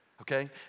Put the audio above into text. okay